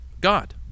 God